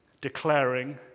declaring